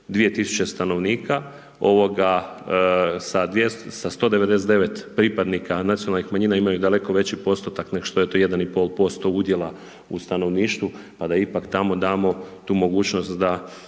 2000 stanovnika, sa 199 pripadnika nacionalnih manjina imaju daleko veći postotak nego što je to 1,5% udjela u stanovništvu, pa da ipak tamo damo tu mogućnost da